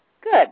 Good